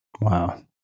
Wow